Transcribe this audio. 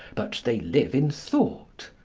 but they live in thought.